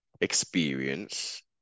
experience